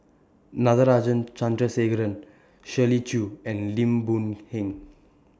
Natarajan Chandrasekaran Shirley Chew and Lim Boon Heng